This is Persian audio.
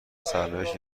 سرنوشت